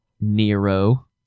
Nero